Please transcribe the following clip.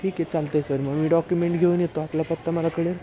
ठीकए चालतय सर मग मी डॉक्युमेंट घेऊन येतो आपला पत्ता मला कळेल